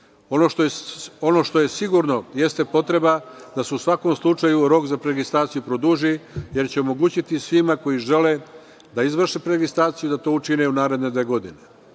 što je sigurno, jeste potreba da se u svakom slučaju rok za preregistraciju produži, jer će omogućiti svima koji žele da izvrše preregistraciju da to učine u naredne dve godine.